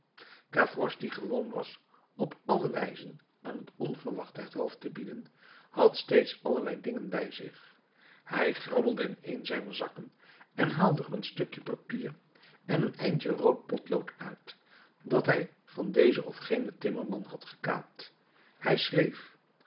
die gewoon was op alle wijzen aan het onverwachte het hoofd te bieden had steeds allerlei dingen bij zich hij grabbelde in een zijner zakken en haalde er een stukje papier en een eindje rood potlood uit dat hij van dezen of genen timmerman had gekaapt hij schreef